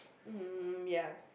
mm ya